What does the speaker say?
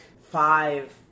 five